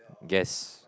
guess